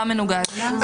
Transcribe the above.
מה מנוגד?